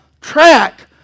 track